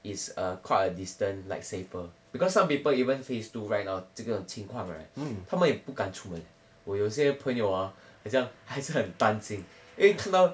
it's a quite a distance like safer because some people even phase two right now 这个情况 right 他们也不敢出门我有些朋友啊很像还是很担心因为看到